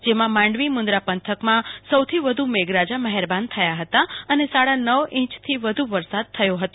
જે માંડવી મુન્દ્રા પંથકમાં સૌથી વધુ મેઘરાજા મહેરબાન થયા હતા અને સાડા નવ ઈંચથી વધુ વરસાદ થયો હતો